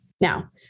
Now